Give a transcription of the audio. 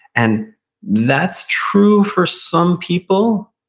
and that's true for some people,